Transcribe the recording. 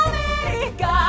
America